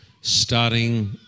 starting